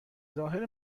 ظاهر